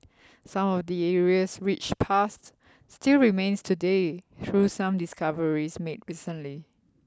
some of the area's rich past still remains today through some discoveries made recently